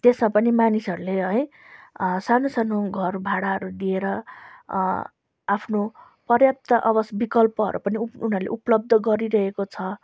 त्यसमा पनि मानिसहरूले है सानो सानो घर भाडाहरू दिएर आफ्नो पर्याप्त आवास विकल्पहरू पनि उनीहरूले उपलब्ध गरिरहेको छ